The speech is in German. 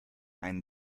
einen